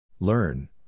Learn